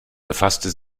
befasste